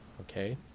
Okay